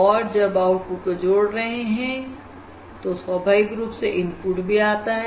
और जब हम आउटपुट को जोड़ रहे हैं तो स्वाभाविक रूप से इनपुट भी आता है